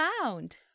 found